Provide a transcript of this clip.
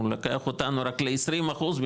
הוא לוקח אותנו רק לעשרים אחוז,